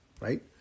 right